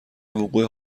وقوع